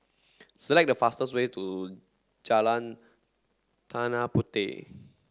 select the fastest way to Jalan Tanah Puteh